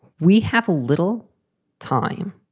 we have a little time.